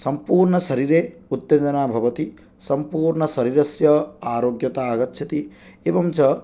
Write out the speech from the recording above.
सम्पूर्णशरीरे उत्तेजना भवति सम्पूर्णशरीरस्य आरोग्यता आगच्छति एवं च